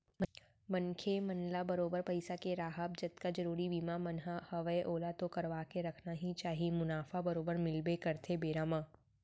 मनखे मन ल बरोबर पइसा के राहब जतका जरुरी बीमा मन ह हवय ओला तो करवाके रखना ही चाही मुनाफा बरोबर मिलबे करथे बेरा म